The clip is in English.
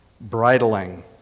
bridling